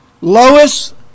Lois